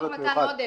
לא רק מתן עודף,